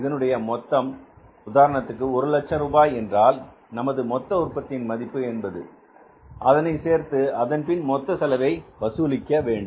இதனுடைய மொத்தம் உதாரணத்திற்கு ஒரு லட்சம் ரூபாய் என்றால் நமது மொத்த உற்பத்தியின் மதிப்பு என்பது அத்தனை சேர்த்து அதன்பின் மொத்த செலவை வசூலிக்க வேண்டும்